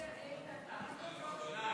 איתן, אתה מדבר?